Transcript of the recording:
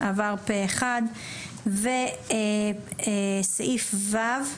הצבעה הסעיף אושר וסעיף (ו)